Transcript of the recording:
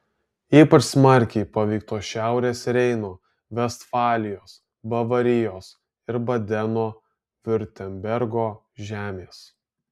ypač smarkiai paveiktos šiaurės reino vestfalijos bavarijos ir badeno viurtembergo žemės